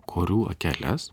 korių akeles